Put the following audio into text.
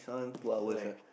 it's like